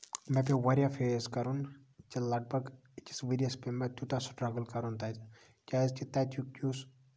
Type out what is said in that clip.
مےٚ پیوو واریاہ فیس کَرُن کہِ لَگ بگ أکِس ؤریَس پیوو مےٚ تیوٗتاہ سٔٹرَگٔل کَرُن تَتہِ کیازِ کہِ تَتیُک یُس